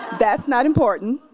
that's not important.